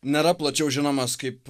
nėra plačiau žinomas kaip